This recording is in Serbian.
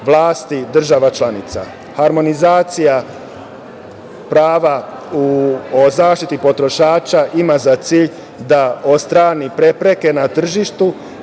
vlasti država članica. Harmonizacija prava, u zaštiti potrošača, ima za cilj da odstrani prepreke na tržištu